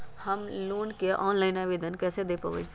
Home loan के online आवेदन कैसे दें पवई?